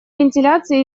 вентиляции